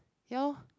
ya lor